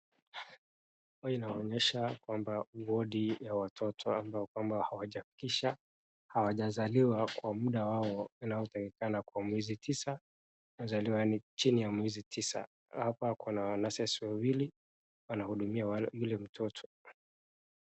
Hapa inaonyesha kwamba wodi ya watoto ambao kwamba hawajafikisha, hawajazaliwa kwa muda wao unaotakikana kwa mwezi tisa wamezaliwa yaani chini ya mwezi tisa. Hapa kuna nurses wawili wanahudumia yule mtoto.